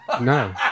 No